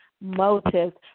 motives